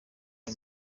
ari